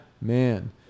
man